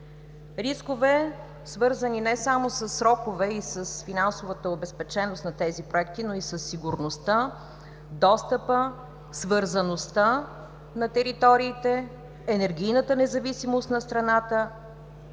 рискове, свързани не само със срокове и с финансовата обезпеченост на тези проекти, но и със сигурността, достъпа, свързаността на териториите, енергийната независимост на страната,